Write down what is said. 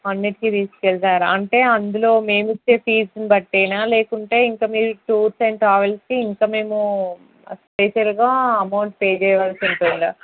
అన్నింటికీ తీసుకెళ్తారా అంటే అందులో మేము ఇచ్చే ఫీజుని బట్టేనా లేకుంటే ఇంక మీరు టూర్స్ అండ్ ట్రావెల్స్కి ఇంక మేము స్పెషల్గా అమౌంట్ పే చేయాల్సి ఉంటుందా